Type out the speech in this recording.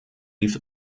die